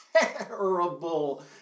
terrible